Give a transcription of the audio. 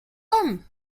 homme